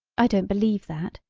i don't believe that!